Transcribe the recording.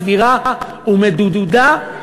סבירה ומדודה,